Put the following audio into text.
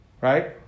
right